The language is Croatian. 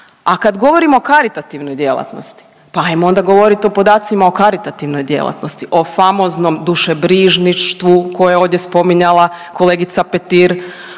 A kad govorimo o karitativnoj djelatnosti, pa hajmo onda govoriti o podacima o karitativnoj djelatnosti, o famoznom dušebrižništvu koje je ovdje spominjala kolegica Petir,